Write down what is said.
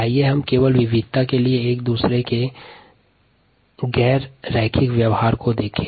आइए हम केवल विविधता के लिए एक दूसरे अरेखीय व्यवहार को देखें